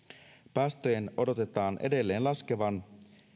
päästöjen odotetaan edelleen laskevan